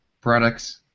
products